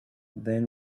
then